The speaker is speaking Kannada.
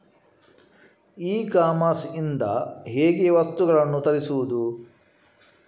ಇ ಕಾಮರ್ಸ್ ಇಂದ ಹೇಗೆ ವಸ್ತುಗಳನ್ನು ತರಿಸುವುದು?